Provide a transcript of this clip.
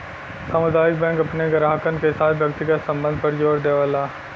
सामुदायिक बैंक अपने ग्राहकन के साथ व्यक्तिगत संबध पर जोर देवला